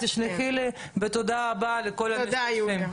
תשלחי לי ותודה רבה לכל הנוכחים.